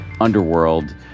underworld